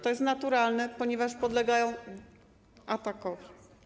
To jest naturalne, ponieważ oni podlegają atakowi.